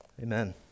amen